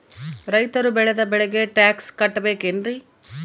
ರೈತರು ಬೆಳೆದ ಬೆಳೆಗೆ ಟ್ಯಾಕ್ಸ್ ಕಟ್ಟಬೇಕೆನ್ರಿ?